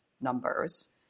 numbers